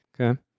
Okay